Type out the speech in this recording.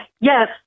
Yes